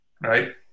right